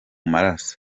maraso